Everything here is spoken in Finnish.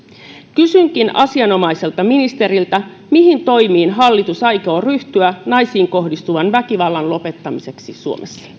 kysynkin asianomaiselta ministeriltä mihin toimiin hallitus aikoo ryhtyä naisiin kohdistuvan väkivallan lopettamiseksi suomessa